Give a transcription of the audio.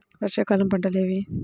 వర్షాకాలం పంటలు ఏవి?